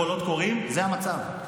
לקולות קוראים זה המצב.